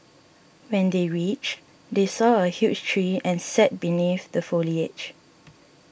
when they reached they saw a huge tree and sat beneath the foliage